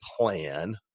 plan